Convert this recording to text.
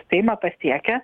seimą pasiekia